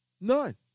None